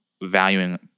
valuing